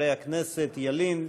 חברי הכנסת, ילין.